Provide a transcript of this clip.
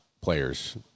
players